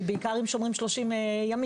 ובעיקר אם שומרים 30 ימים.